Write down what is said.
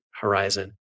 horizon